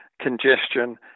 congestion